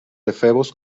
efebos